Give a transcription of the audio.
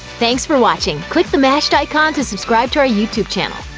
thanks for watching! click the mashed icon to subscribe to our youtube channel.